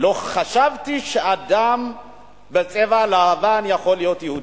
לא חשבתי שאדם בצבע לבן יכול להיות יהודי.